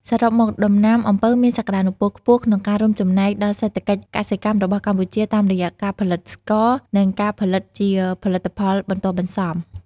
សរុបមក ដំណាំអំពៅមានសក្តានុពលខ្ពស់ក្នុងការរួមចំណែកដល់សេដ្ឋកិច្ចកសិកម្មរបស់កម្ពុជា តាមរយៈការផលិតស្ករ និងការផលិតជាផលិតផលបន្ទាប់បន្សំ។